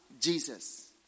Jesus